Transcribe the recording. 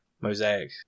Mosaic